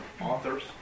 authors